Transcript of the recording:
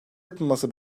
yapılması